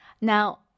Now